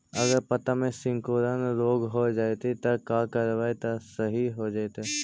अगर पत्ता में सिकुड़न रोग हो जैतै त का करबै त सहि हो जैतै?